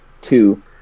Two